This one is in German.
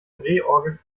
drehorgel